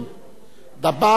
אקוניס ופלסנר,